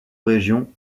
région